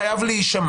קולכם חייב להישמע,